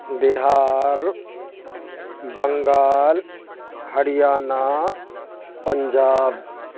Bihar Bengal Haryana Punjab